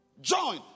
Join